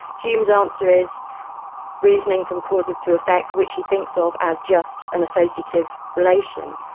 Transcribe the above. hume's answer is reasoning from causes to effects which he thinks so of as just an associative relation.